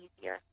easier